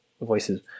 voices